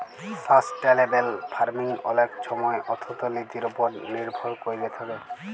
sustainable farming অলেক ছময় অথ্থলিতির উপর লির্ভর ক্যইরে থ্যাকে